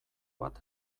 bat